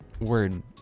word